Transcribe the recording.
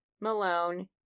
Malone